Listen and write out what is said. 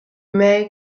may